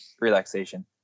relaxation